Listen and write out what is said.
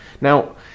Now